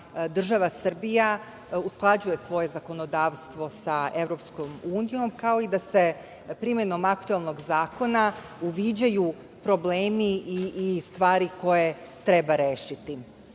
država Srbija usklađuje svoje zakonodavstvo sa EU, kao i da se primenom aktuelnog zakona uviđaju problemi i stvari koje treba rešiti. To